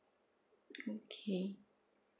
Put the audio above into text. okay